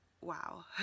Wow